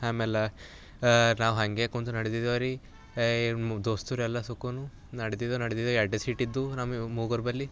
ಆಮೇಲೆ ನಾವು ಹಂಗೆ ಕೂತು ನಡೆದ್ದೆವು ರೀ ದೋಸ್ತರೆಲ್ಲ ಸುಕೂನು ನಡೆದಿದ್ದು ನಡೆದಿದ್ದೆ ಎರ್ಡೆ ಸೀಟ್ ಇದ್ದವು ನಮಗೆ ಮೂವರ್ಬಳಿ